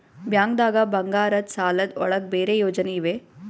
ಬ್ಯಾಂಕ್ದಾಗ ಬಂಗಾರದ್ ಸಾಲದ್ ಒಳಗ್ ಬೇರೆ ಯೋಜನೆ ಇವೆ?